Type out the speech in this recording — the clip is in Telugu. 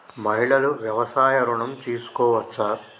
మహిళలు వ్యవసాయ ఋణం తీసుకోవచ్చా?